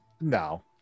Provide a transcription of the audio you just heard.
No